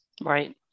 right